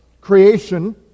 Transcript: creation